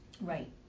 Right